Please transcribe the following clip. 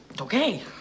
Okay